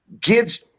gives